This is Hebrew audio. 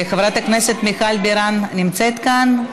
חברת הכנסת מיכל בירן נמצאת כאן?